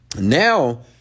Now